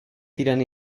týden